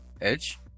Edge